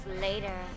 later